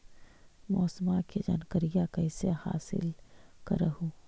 मौसमा के जनकरिया कैसे हासिल कर हू?